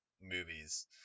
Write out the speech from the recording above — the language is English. movies